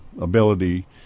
ability